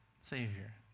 Savior